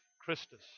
Christus